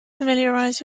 familiarize